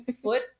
foot